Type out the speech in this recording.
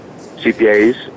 CPAs